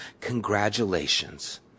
congratulations